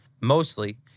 mostly